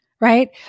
right